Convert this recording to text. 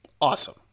awesome